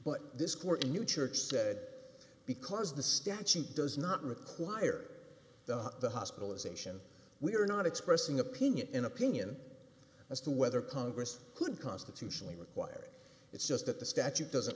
but this court a new church said because the statute does not require the hospitalization we are not expressing opinion in opinion as to whether congress could constitutionally required it's just that the statute doesn't